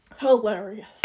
hilarious